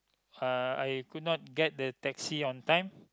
uh I could not get the taxi on time